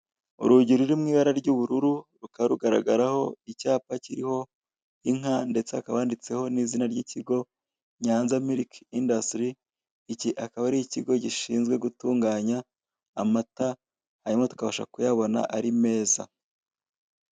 Urugi ruri mu ibara ry'ubururu rukaba rugaragaraho icyapa kiriho inka ndetse hakaba handitseho n'izina ry'ikigo Nyanza miliki indasitiri, iki akaba ari ikigo gishinzwe gutunganya amata hanyuma tukabasha kuyabona ari meza.